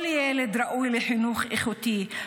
כל ילד ראוי לחינוך איכותי,